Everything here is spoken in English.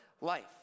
life